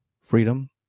freedom